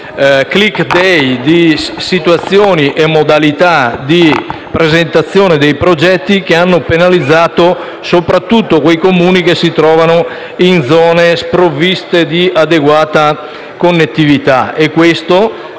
*click day* e di situazioni e modalità di presentazione dei progetti che hanno penalizzato soprattutto quei Comuni che si trovano in zone sprovviste di adeguata connettività.